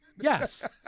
Yes